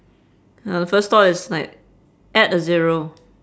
uh the first thought is like add a zero